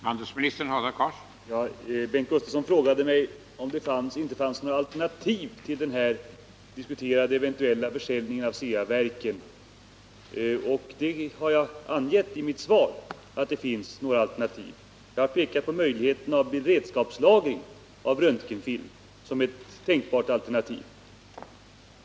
Herr talman! Bengt Gustavsson frågade mig om det inte fanns några alternativ till den diskuterade eventuella försäljningen av Ceaverken. Jag har i mitt svar angivit att det finns några alternativ. Jag har pekat på möjligheten av beredskapslagring av röntgenfilm som ett tänkbart alternativ.